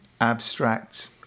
Abstract